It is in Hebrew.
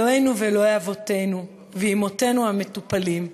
אלוהינו ואלוהי אבותינו ואמותינו המטופלים,